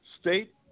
state